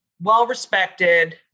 well-respected